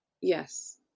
Yes